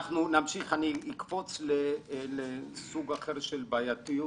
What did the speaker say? אני אקפוץ לסוג אחר של בעייתיות